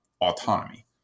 Autonomy